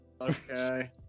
Okay